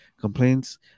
complaints